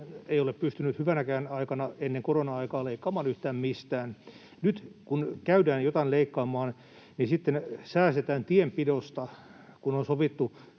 ei ole pystynyt hyvänäkään aikana, ennen korona-aikaa, leikkaamaan yhtään mistään. Nyt kun käydään jotain leikkaamaan, niin sitten säästetään tienpidosta, kun on sovittu